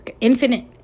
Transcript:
Infinite